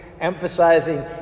emphasizing